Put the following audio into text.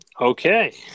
Okay